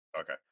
Okay